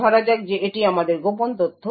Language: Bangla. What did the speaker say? ধরা যাক যে এটি আমাদের গোপন তথ্য